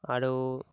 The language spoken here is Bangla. আরও